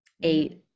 eight